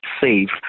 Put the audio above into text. safe